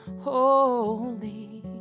Holy